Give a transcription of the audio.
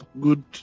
good